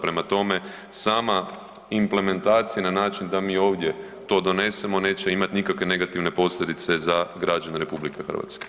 Prema tome, sama implementacija na način da mi ovdje to donesemo neće imati nikakve negativne posljedice za građane RH.